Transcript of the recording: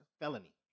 Felony